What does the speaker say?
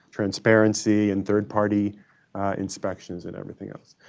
transparency and third-party inspections and everything else.